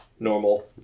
Normal